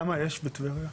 כמה יש בטבריה?